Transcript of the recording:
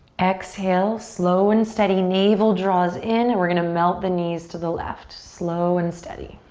exhale. slow and steady navel draws in and we're gonna melt the knees to the left. slow and steady.